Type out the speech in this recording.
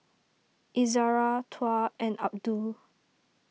Izzara Tuah and Abdul